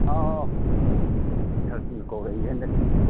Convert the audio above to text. ꯑꯧ ꯑꯧ ꯈꯔ ꯊꯨꯅ ꯀꯧꯔꯛꯏꯍꯦ ꯍꯟꯗꯛꯇꯤ